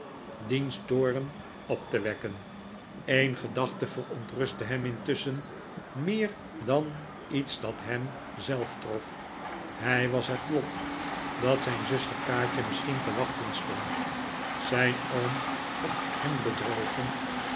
toorn op te wekken een gedachte verontrustte hem intusschen meer dan iets dat hem zelf betrof het was het lot dat zijn zuster kaatje misschien te wachten stond zijn oom had hem bedrogen